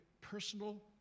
Personal